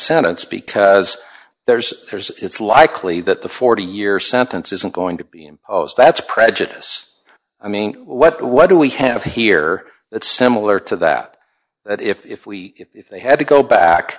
sentence because there's piers it's likely that the forty year sentence isn't going to be imposed that's prejudice i mean what what do we have here that's similar to that that if we if they had to go back